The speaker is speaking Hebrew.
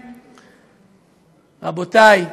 רבותי,